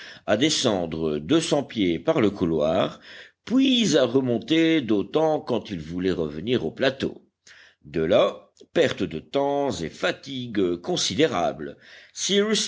à descendre deux cents pieds par le couloir puis à remonter d'autant quand ils voulaient revenir au plateau de là perte de temps et fatigues considérables